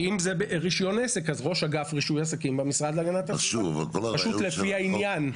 התשפ"ג-2023 [פוצלה לפי סעיף 84(ב)